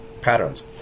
patterns